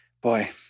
Boy